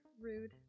rude